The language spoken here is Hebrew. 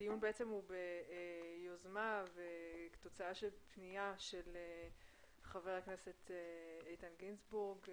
הדיון הוא ביוזמה וכתוצאה של פנייה של חבר הכנסת איתן גינזבורג,